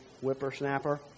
whippersnapper